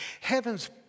Heaven's